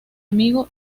amigo